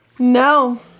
No